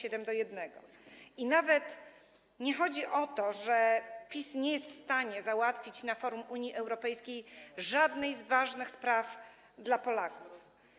I nawet nie chodzi o to, że PiS nie jest w stanie załatwić na forum Unii Europejskiej żadnej ważnej sprawy dla Polaków.